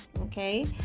okay